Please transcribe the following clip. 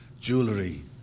jewelry